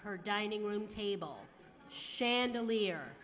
her dining room table chandelier